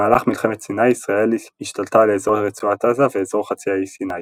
במהלך מלחמת סיני ישראל השתלטה על אזור רצועת עזה ואזור חצי האי סיני.